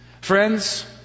Friends